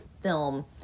film